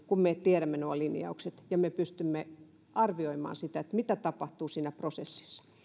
kun me tiedämme nuo linjaukset ja me pystymme arvioimaan sitä mitä tapahtuu siinä prosessissa